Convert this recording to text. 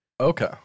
Okay